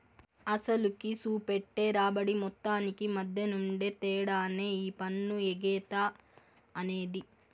అసలుకి, సూపెట్టే రాబడి మొత్తానికి మద్దెనుండే తేడానే ఈ పన్ను ఎగేత అనేది